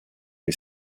che